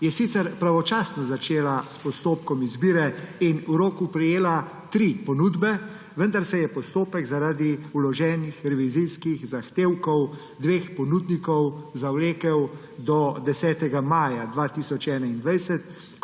je sicer pravočasno začela s postopkom izbire in v roku prejela tri ponudbe, vendar se je postopek zaradi vloženih revizijskih zahtevkov dveh ponudnikov zavlekel do 10. maja 2021,